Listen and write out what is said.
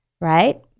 right